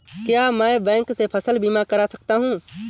क्या मैं बैंक से फसल बीमा करा सकता हूँ?